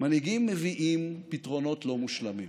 מנהיגים מביאים פתרונות לא מושלמים.